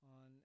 on